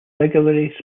regularly